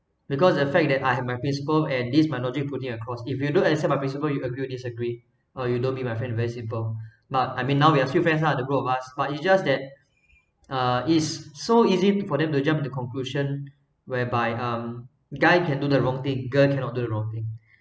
because the fact that I have my principle at this might logic putting across if you don't accept my principle you agree or disagree or you don't be my friend very simple but I mean now we are still friends lah the group of us but it's just that uh it's so easy for them to jump to conclusion whereby um guy can do the wrong thing girl cannot do the wrong thing